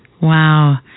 Wow